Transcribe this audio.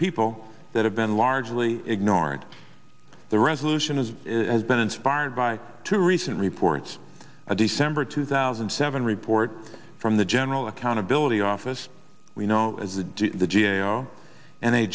people that have been largely ignored the resolution as it has been inspired by two recent reports a december two thousand and seven report from the general accountability office we know as the the g a o and they